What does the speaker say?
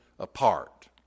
apart